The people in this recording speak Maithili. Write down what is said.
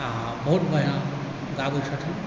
आओर बहुत बढ़िआँ गाबै छथिन